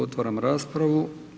Otvaram raspravu.